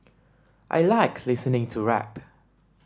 I like listening to rap